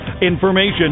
Information